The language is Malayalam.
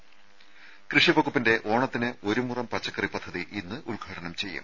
ത കൃഷി വകുപ്പിന്റെ ഓണത്തിന് ഒരു മുറം പച്ചക്കറി പദ്ധതി ഇന്ന് ഉദ്ഘാടനം ചെയ്യും